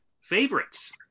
favorites